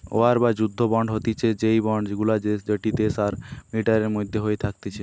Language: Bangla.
ওয়ার বা যুদ্ধ বন্ড হতিছে সেই বন্ড গুলা যেটি দেশ আর মিলিটারির মধ্যে হয়ে থাকতিছে